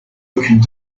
aucune